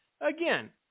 Again